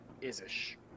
is-ish